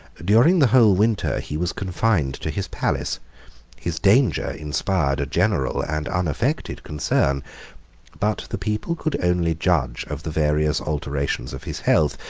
during the whole winter he was confined to his palace his danger inspired a general and unaffected concern but the people could only judge of the various alterations of his health,